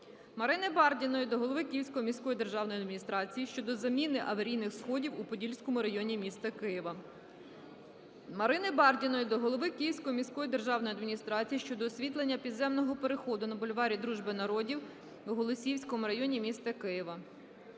Марини Бардіної до голови Київської міської державної адміністрації щодо заміни аварійних сходів у Подільському районі міста Києва. Марини Бардіної до голови Київської міської державної адміністрації щодо освітлення підземного переходу на бульварі Дружби Народів у Голосіївському районі міста Києва.